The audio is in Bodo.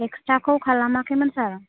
एक्सरेखौ खालामाखैमोन सार